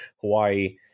Hawaii